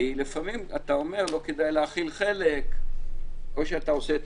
לפעמים אתה אומר שלא כדאי להחיל חלק אלא או שאתה עושה את